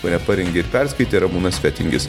kurią parengė ir perskaitė ramūnas fetingis